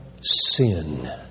sin